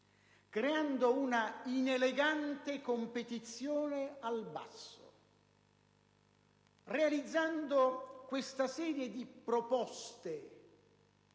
ad una inelegante competizione al ribasso, realizzando una serie di proposte